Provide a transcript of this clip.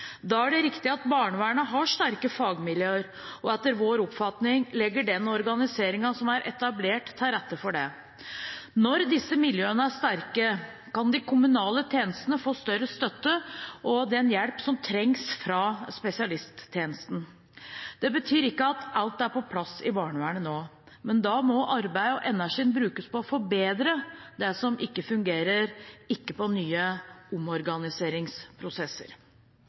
Da er det viktig at barnevernet har sterke fagmiljøer, og etter vår oppfatning legger den organiseringen som er etablert, til rette for det. Når disse miljøene er sterke, kan de kommunale tjenestene få større støtte og den hjelp som trengs fra spesialisttjenesten. Det betyr ikke at alt er på plass i barnevernet nå, men da må arbeidet og energien brukes på å forbedre det som ikke fungerer – ikke på nye omorganiseringsprosesser.